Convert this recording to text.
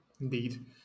indeed